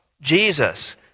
Jesus